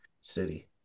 City